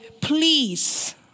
please